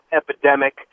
epidemic